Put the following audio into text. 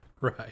Right